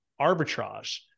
arbitrage